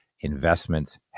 investments